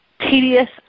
tedious